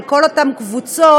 של כל אותן קבוצות